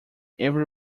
every